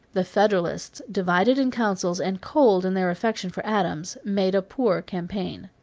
the federalists, divided in councils and cold in their affection for adams, made a poor campaign.